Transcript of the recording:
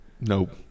Nope